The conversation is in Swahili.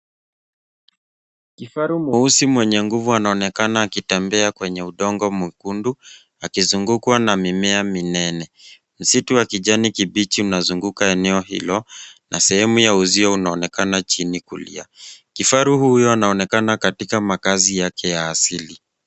Kifaru mweusi mwenye nguvu anaonekana akitembea kwenye udongo mwekundu akizungukwa na mimea minene. Msitu wa kijani kibichi unazunguka eneo hilo na sehemu ya uzio unaonekana chini kulia. Kifaru huyo anaonekana katika makazi yake ya asili.